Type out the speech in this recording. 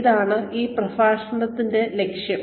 ഇതാണ് ഈ പ്രഭാഷണങ്ങളുടെ ലക്ഷ്യം